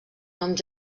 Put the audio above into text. noms